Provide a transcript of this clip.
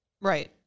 Right